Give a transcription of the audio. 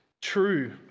true